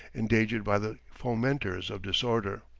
endangered by the fomenters of disorder.